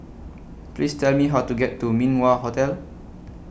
Please Tell Me How to get to Min Wah Hotel